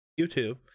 YouTube